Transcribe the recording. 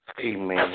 Amen